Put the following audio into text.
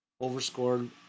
Overscored